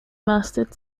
masted